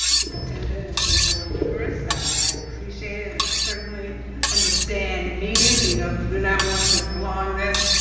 superintendent, and to the board members. i appreciate it and i certainly understand meetings and ah do not want to prolong this.